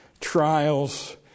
trials